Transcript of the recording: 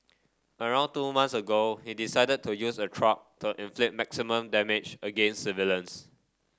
around two months ago he decided to use a truck to inflict maximum damage against civilians